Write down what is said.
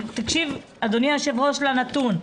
תקשיב אדוני היו"ר לנתון,